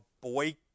boy